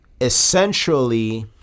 essentially